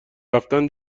رفتن